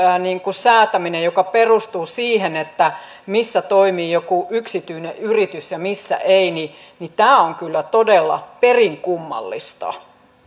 säätäminen joka perustuu siihen missä toimii jokin yksityinen yritys ja missä ei on kyllä todella perin kummallista